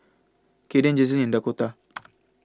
Kaiden Jazlynn and Dakotah